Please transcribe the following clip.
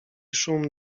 szum